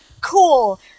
cool